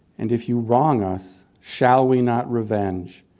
and if you wrong us, shall we not revenge?